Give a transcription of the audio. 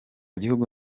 gihugu